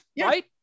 right